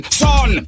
son